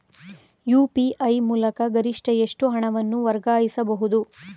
UPI ಮೂಲಕ ಗರಿಷ್ಠ ಎಷ್ಟು ಹಣವನ್ನು ವರ್ಗಾಯಿಸಬಹುದು?